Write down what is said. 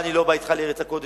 אני לא בא אתך לארץ הקודש,